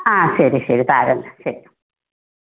ആ ശരി ശരി താഴെത്തന്നെ ശരി